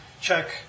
check